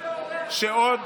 שעוד